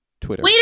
twitter